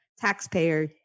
taxpayer